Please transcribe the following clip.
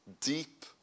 deep